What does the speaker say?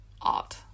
art